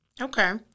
Okay